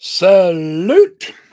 Salute